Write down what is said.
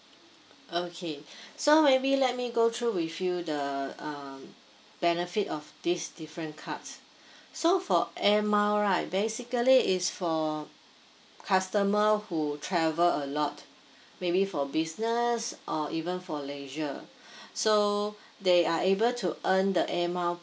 okay so maybe let me go through with you the uh benefit of these different cards so for air mile right basically is for customer who travel a lot maybe for business or even for leisure so they are able to earn the air mile